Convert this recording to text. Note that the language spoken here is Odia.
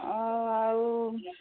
ଅ ଆଉ